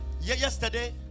yesterday